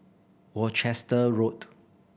Worcester Road